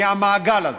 מהמעגל הזה.